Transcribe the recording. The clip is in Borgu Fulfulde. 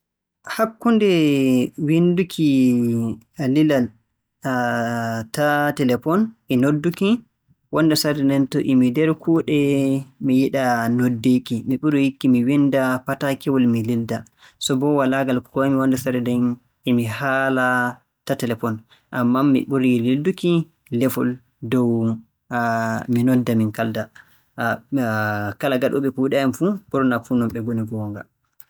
Hakkunde winnduki lilal e ta telefon e nodduki, wonnde sarde nden to e mi nder kuuɗe mi yiɗaa noddeeki. Mi ɓurii yiɗki mi winnda pataakewol mi lilda. So boo walaa ngal kuway-mi wonnde sarde nden e mi haala ta telefon. Ammaa mi ɓurii lilduki lefol dow mi nodda min kaalda. Kala gaɗooɓe kuuɗe fuu ɓurnaa fuu non ɓe ngoni goonga.